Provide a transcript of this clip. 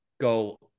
go